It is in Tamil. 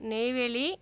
நெய்வேலி